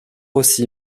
aussi